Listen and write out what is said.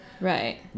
Right